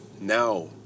now